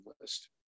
list